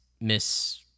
Miss